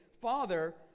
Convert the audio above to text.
Father